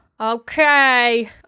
Okay